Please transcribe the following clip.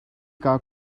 kaa